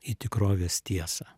į tikrovės tiesą